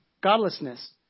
Godlessness